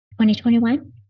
2021